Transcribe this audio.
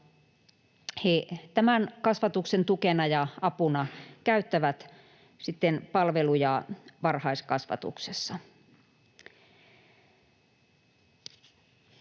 he tämän kasvatuksen tukena ja apuna käyttävät sitten palveluja varhaiskasvatuksessa.